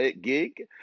gig